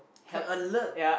can alert